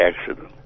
accident